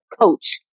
coach